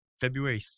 February